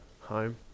home